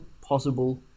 possible